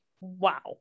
wow